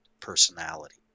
personality